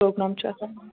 programme چھُ آسان